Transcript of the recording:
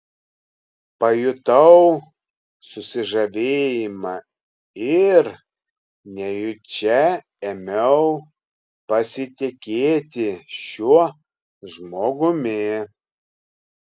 pajutau susižavėjimą ir nejučia ėmiau pasitikėti šiuo žmogumi